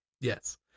yes